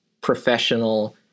professional